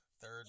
third